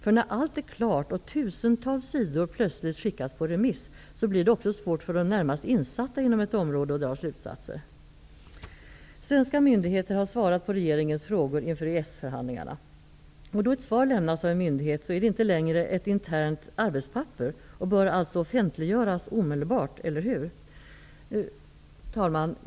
När allt väl är klart och tusentals sidor plötsligt skickas på remiss, blir det också svårt för de närmast insatta inom ett område att dra slutsatser. Svenska myndigheter har svarat på regeringens frågor inför EES-förhandlingarna. Då ett svar har lämnats av en myndighet är det inte längre ett internt arbetspapper och bör alltså offentliggöras omedelbart, eller hur? Fru talman!